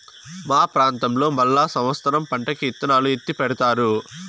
మా ప్రాంతంలో మళ్ళా సమత్సరం పంటకి ఇత్తనాలు ఎత్తిపెడతారు